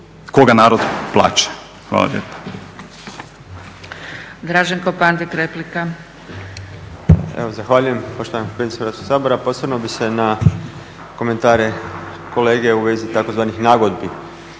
koga narod plaća. Hvala lijepa.